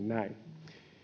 näin